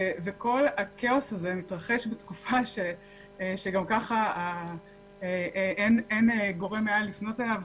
וכל הכאוס הזה מתרחש בתקופה שגם ככה אין גורם מעל לפנות אליו,